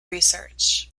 research